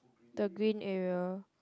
the green area